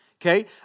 okay